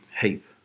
heap